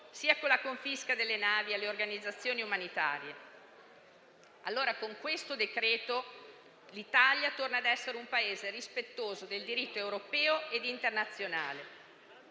sia con la confisca delle navi alle organizzazioni umanitarie. Con questo decreto, allora, l'Italia torna ad essere un Paese rispettoso del diritto europeo e internazionale.